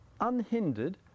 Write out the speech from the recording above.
unhindered